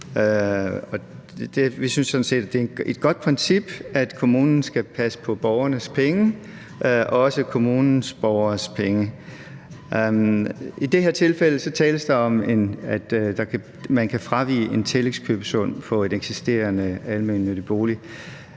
set, at det er et godt princip, at kommunen skal passe på borgernes penge, også kommunens borgeres penge. I det her tilfælde tales der om, at man kan fravige en tillægskøbesum på en eksisterende almennyttig bolig.